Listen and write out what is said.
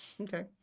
Okay